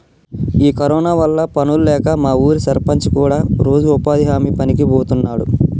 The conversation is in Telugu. ఈ కరోనా వల్ల పనులు లేక మా ఊరి సర్పంచి కూడా రోజు ఉపాధి హామీ పనికి బోతున్నాడు